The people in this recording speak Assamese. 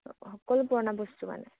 সকলো পুৰণা বস্তু মানে